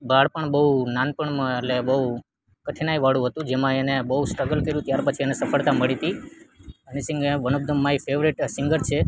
બાળપણ બહુ નાનપણમાં એટલે બહુ કઠીનાઈ વાળુ હતું જેમાં એને બહુ સ્ટ્રગલ કર્યું ત્યાર પછી એને સફળતા મળી હતી હની સિંગે one of the my favourite singer છે